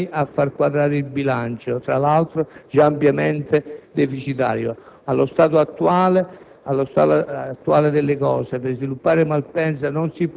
questo piano industriale dovrebbe essere solo un piano di sopravvivenza, e transizione e la scelta di ridurre i voli intercontinentali a Malpensa è dettata dal fatto